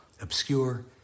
obscure